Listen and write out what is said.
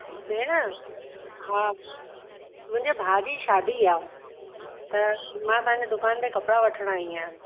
भेण हा मुंहिंजे भाउ जी शादी आहे त मां तव्हांजे दुकान ते कपिड़ा वठिण आई अहियां